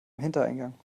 hintereingang